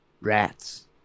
rats